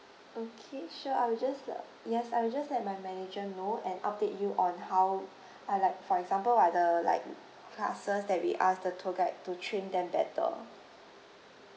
okay sure I will just le~ yes I will just let my manager know and update you on how uh like for example like the like classes that we ask the tour guide to train them better